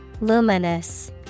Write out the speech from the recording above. Luminous